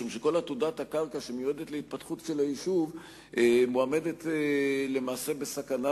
משום שכל עתודת הקרקע שמיועדת להתפתחות של היישוב מועמדת למעשה בסכנה,